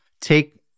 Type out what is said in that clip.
take